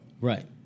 Right